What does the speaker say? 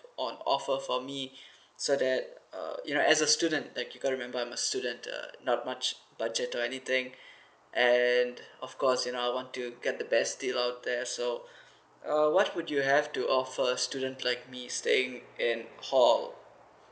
on offer for me so that uh you know as a student like you got to remember I'm a student uh not much budget or anything and of course you know I want to get the best deal out there so uh what would you have to offer a student like me staying in hall